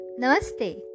Namaste